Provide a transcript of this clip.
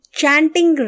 chanting